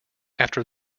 after